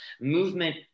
movement